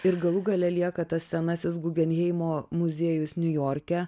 ir galų gale lieka tas senasis gugenheimo muziejus niujorke